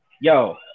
yo